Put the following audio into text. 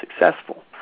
successful